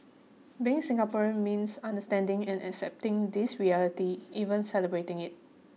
being Singaporean means understanding and accepting this reality even celebrating it